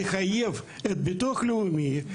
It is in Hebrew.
לחייב את ביטוח לאומי,